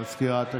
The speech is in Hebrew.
מזכירת הכנסת.